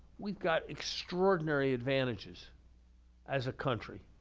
we've got extraordinary advantages as a country.